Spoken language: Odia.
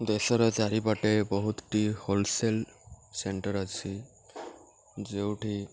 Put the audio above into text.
ଦେଶର ଚାରିପାଟେ ବହୁତଟି ହୋଲ୍ ସେଲ୍ ସେଣ୍ଟର୍ ଅଛି ଯେଉଁଠି